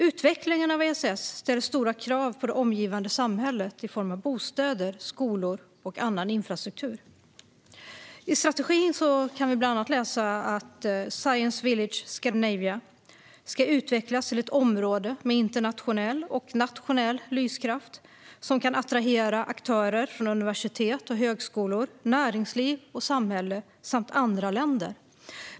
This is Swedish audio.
Utvecklingen av ESS ställer stora krav på det omgivande samhället i form av bostäder, skolor och annan infrastruktur. I strategin kan vi bland annat läsa att Science Village Scandinavia ska utvecklas till ett område med internationell och nationell lyskraft, som kan attrahera aktörer från universitet och högskolor, näringsliv och samhälle samt andra länder.